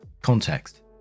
Context